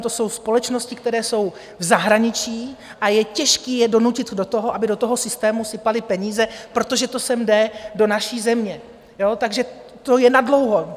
To jsou společnosti, které jsou v zahraničí, a je těžké je donutit do toho, aby do toho systému sypaly peníze, protože to sem jde do naší země, takže to je na dlouho.